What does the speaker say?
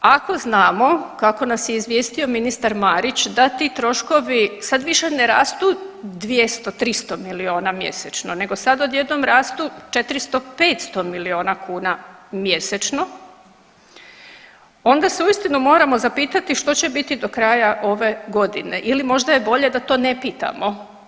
Ako znamo kako nas je izvijestio ministar Marić da ti troškovi sad više ne rastu 200, 300 miliona mjesečno nego sad odjednom rastu 400, 500 miliona kuna mjesečno onda se uistinu moramo zapitati što će biti do kraja ove godine ili možda je bolje da to ne pitamo.